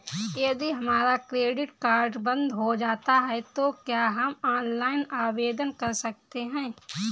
यदि हमारा credit card बंद हो जाता है तो क्या हम ऑनलाइन आवेदन कर सकते हैं?